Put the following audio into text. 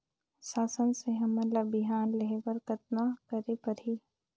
शासन से हमन ला बिहान लेहे बर कतना करे परही?